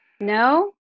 No